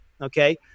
Okay